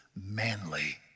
manly